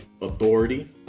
authority